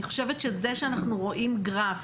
אני חושבת שזה שאנחנו רואים גרף,